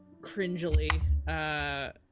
cringily